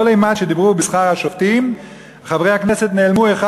כל אימת שדיברו בשכר השופטים,